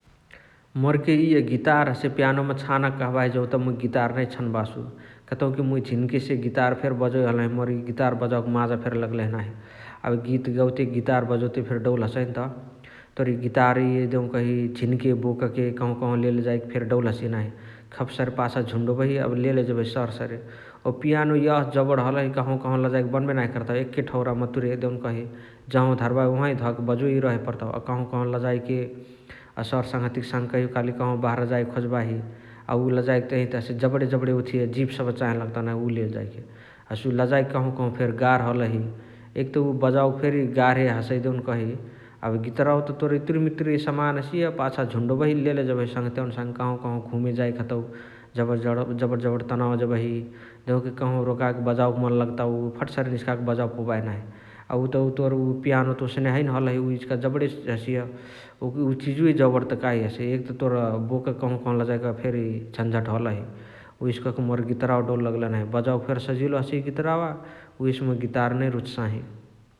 मोरले इअ गीतार हसे पियानोमा छानके कहाँबाही जौत मुइ गीतार नै छनबासु । कतउकी मुइ झिनकेसे गीतार फेरी बजोइ हलही मोर इअ गीतार बजावके माजा फेरी लगलही नाही । एबे गीत गौते गीतार बजोते फेरी डौल हसइनत । तोर इअ गीतार इअ देउकही झिनके बोकके कहव कहव फेरी लेले जएके डौल हसिय नाही । खपसरे पाछा झुन्डोबही एबे लेले जेबही सर सरे । अ पियानो इअ जबण हलही कहव कहव लजाएके बनबे नाही कर्ताउ एके ठौरा मतुरे देउकही जहाँव धाराबाही ओहावाही धके बजोइ रहे पर्ताउ । अ कहव कहव लजाएके अ सर सङ्हतियक साङे कहियो काली कहव कहव बहरा जए खोजबाही अ उअ लजाएके तहिया त हसे जबणे जबणे ओथिय जिप सबह चाहे लगताउ नाही उ लेले जाएके । हसे उ लजाए के कहव कहव फेरी गार्ह हलही । एक त उ बजावके फेरी गार्हे हसइ देउनकही । एबे गीतराव त तोर इतुरी मितुरी समान हसिय पाछा झुन्डोबही लेले जेबही सङहतियावनी साङे कहव कहव घुमे जाएके हतउ । जबणा जबणा तनाउ जेबही देउकही कहवहु रोकाके बजावके मन लगताउ फटसरे निसकाके बजावे पौबाही नाही । अ उत उ तोर उ पियानो ओसके हैने हलही इचिका जबणे हसिय उ चिजुवै जबण त काही हसे एक त तोर बोकके कहव कहव लजाएके फेरी झनझट हलही । उहेसे कहके मोर गीतारावा डौल लगलही नाही बजावके फेरी सजिलो हसिय गीतरावा । उहेसे मुइ गीतार नै रुचसाही ।